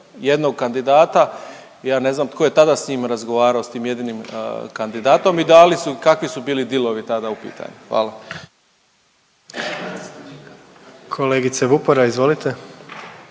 jednog kandidata. Ja ne znam tko je tada s njim razgovarao, s tim jedinim kandidatom i da li su, kakvi su bili dealovi tada u pitanju. Hvala. **Jandroković,